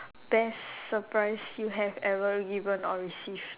best surprise you have ever given or received